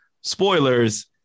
spoilers